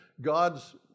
God's